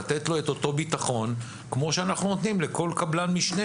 לתת לו את אותו ביטחון כמו שאנחנו נותנים לכל קבלן משנה,